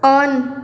on